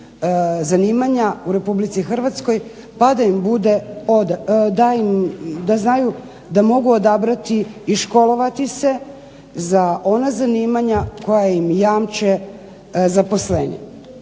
zanimanja u RH pa da im bude, da znaju da mogu odabrati i školovati se za ona zanimanja koja ima jamče zaposlenje.